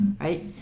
Right